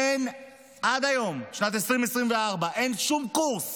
עד היום, שנת 2024, אין שום קורס